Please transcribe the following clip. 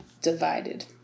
divided